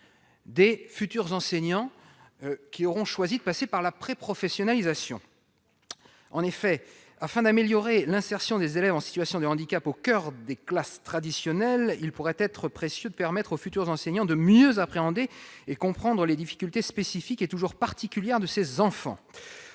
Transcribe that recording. des futurs enseignants, qui auront choisi de passer par la préprofessionnalisation. En effet, afin d'améliorer l'insertion des élèves en situation de handicap au coeur des classes traditionnelles, il pourrait être précieux de permettre aux futurs enseignants de mieux appréhender et comprendre les difficultés spécifiques de ces enfants.